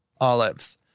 olives